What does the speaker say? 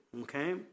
okay